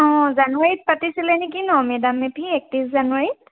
অঁ জানুৱাৰীত পাতিছিলে নেকি ন মে ডাম মে ফি একত্ৰিছ জানুৱাৰীত